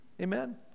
Amen